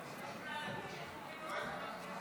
45 נגד.